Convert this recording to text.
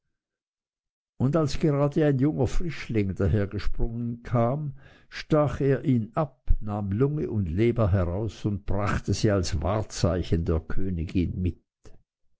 und als gerade ein junger frischling dahergesprungen kam stach er ihn ab nahm lunge und leber heraus und brachte sie als wahrzeichen der königin mit